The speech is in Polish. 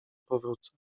powrócę